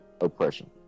oppression